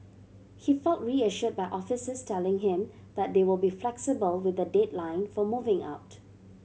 he felt reassured by officers telling him that they will be flexible with the deadline for moving out